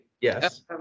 Yes